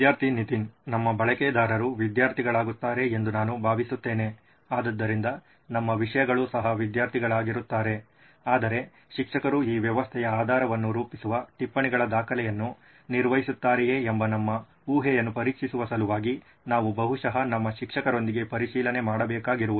ವಿದ್ಯಾರ್ಥಿ ನಿತಿನ್ ನಮ್ಮ ಬಳಕೆದಾರರು ವಿದ್ಯಾರ್ಥಿಗಳಾಗುತ್ತಾರೆ ಎಂದು ನಾನು ಭಾವಿಸುತ್ತೇನೆ ಆದ್ದರಿಂದ ನಮ್ಮ ವಿಷಯಗಳು ಸಹ ವಿದ್ಯಾರ್ಥಿಗಳಾಗಿರುತ್ತಾರೆ ಆದರೆ ಶಿಕ್ಷಕರು ಈ ವ್ಯವಸ್ಥೆಯ ಆಧಾರವನ್ನು ರೂಪಿಸುವ ಟಿಪ್ಪಣಿಗಳ ದಾಖಲೆಯನ್ನು ನಿರ್ವಹಿಸುತ್ತಾರೆಯೇ ಎಂಬ ನಮ್ಮ ಊಹೆಯನ್ನು ಪರೀಕ್ಷಿಸುವ ಸಲುವಾಗಿ ನಾವು ಬಹುಶಃ ನಮ್ಮ ಶಿಕ್ಷಕರೊಂದಿಗೆ ಪರಿಶೀಲನೆ ಮಾಡಬೇಕಾಗಿರುವುದು